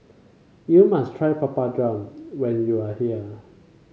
you must try Papadum when you are here